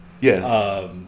Yes